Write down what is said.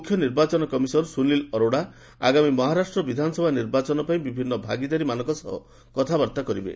ମୁଖ୍ୟ ନିର୍ବାଚନ କମିଶନର ସୁନୀଲ ଅରୋଡା ଆଗାମୀ ମହାରାଷ୍ଟ୍ର ବିଧାନସଭା ନିର୍ବାଚନ ପାଇଁ ବିଭିନ୍ନ ଭାଗିଦାରୀମାନଙ୍କ ସହ କଥାବାର୍ତ୍ତା କରିବେ